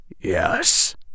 Yes